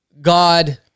God